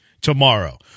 tomorrow